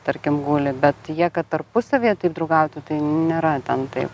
tarkim guli bet jie tarpusavyje taip draugauti tai nėra ten tai